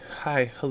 Hi